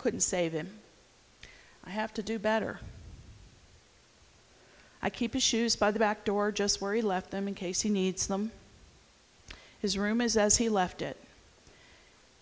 couldn't save him i have to do better i keep his shoes by the back door just where he left them in case he needs them his room is as he left it